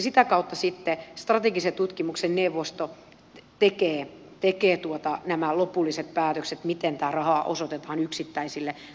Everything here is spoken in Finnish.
sitä kautta sitten strategisen tutkimuksen neuvosto tekee nämä lopulliset päätökset siitä miten rahaa osoitetaan yksittäisille tutkimushankkeille ja ohjelmille